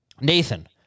Nathan